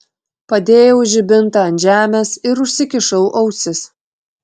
padėjau žibintą ant žemės ir užsikišau ausis